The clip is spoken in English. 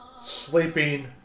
sleeping